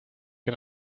que